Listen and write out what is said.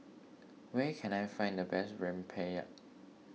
where can I find the best Rempeyek